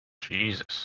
Jesus